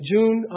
June